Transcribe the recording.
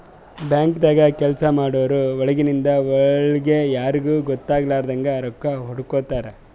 ಬ್ಯಾಂಕ್ದಾಗ್ ಕೆಲ್ಸ ಮಾಡೋರು ಒಳಗಿಂದ್ ಒಳ್ಗೆ ಯಾರಿಗೂ ಗೊತ್ತಾಗಲಾರದಂಗ್ ರೊಕ್ಕಾ ಹೊಡ್ಕೋತಾರ್